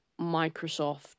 Microsoft